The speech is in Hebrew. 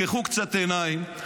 תפקחו קצת עיניים,